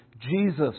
Jesus